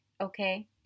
okay